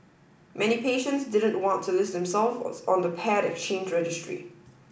many patients didn't want to list them self was on the paired exchange registry